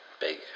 big